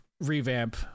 revamp